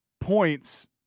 points